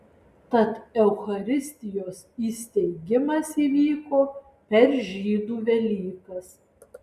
tad eucharistijos įsteigimas įvyko per žydų velykas